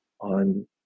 on